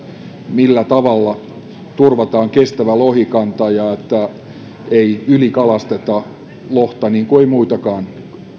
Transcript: millä tavalla turvataan kestävä lohikanta ja se ettei ylikalasteta lohta niin kuin ei muitakaan